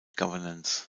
governance